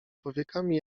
powiekami